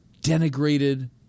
denigrated